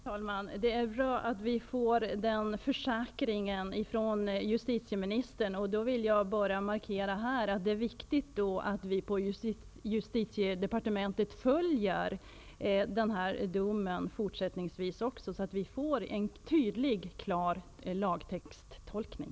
Herr talman! Det är bra att vi får den försäkringen från justitieministern. Jag vill här bara markera att det är viktigt att ni också fortsättningsvis på justitiedepartementet följer det här målet, så att vi får en tydlig och klar lagtexttolkning.